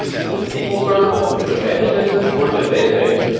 is it a sql server? is it a managed instance, or is it a database?